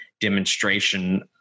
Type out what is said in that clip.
demonstration